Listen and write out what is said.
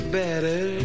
better